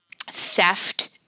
Theft